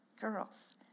Girls